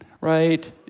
right